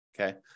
Okay